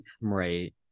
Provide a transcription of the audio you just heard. Right